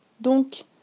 Donc